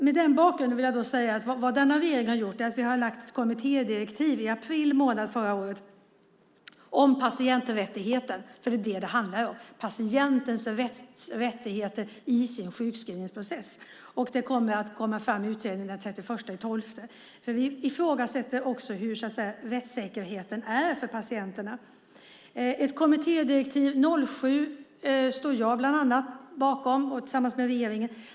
Med den bakgrunden vill jag säga att denna regering har lagt ett kommittédirektiv i april förra året om patienträttigheten; det är vad det handlar om - patientens rättigheter i sin sjukskrivningsprocess. Det kommer i en utredning den 31 december. Vi ifrågasätter också hur rättssäkerheten är för patienterna. Ett kommittédirektiv 2007 står jag bakom tillsammans med regeringen.